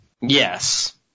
Yes